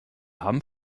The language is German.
haben